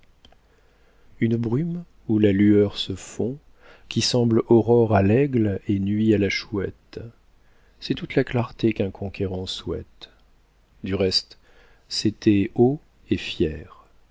une brume où la lueur se fond qui semble aurore à l'aigle et nuit à la chouette c'est toute la clarté qu'un conquérant souhaite du reste c'était haut et fier